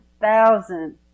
thousand